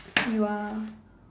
you are